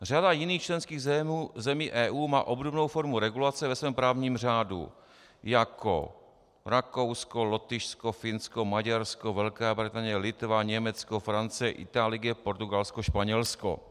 Řada jiných členských zemí EU má obdobnou formu regulace ve svém právním řádu, jako Rakousko, Lotyšsko, Finsko, Maďarsko, Velká Británie, Litva, Německo, Francie, Itálie, Portugalsko, Španělsko.